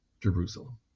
Jerusalem